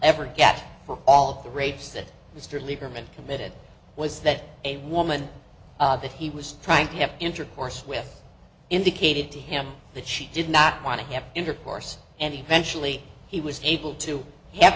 ever get for all of the rapes that mr lieberman committed was that a woman that he was trying to have intercourse with indicated to him that she did not want to have intercourse and eventually he was able to have